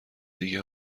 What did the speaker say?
دیگه